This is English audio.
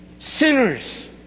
Sinners